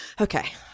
Okay